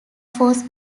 force